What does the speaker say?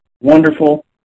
wonderful